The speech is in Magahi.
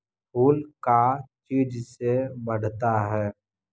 फूल का चीज से बढ़ता है?